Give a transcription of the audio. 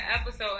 episode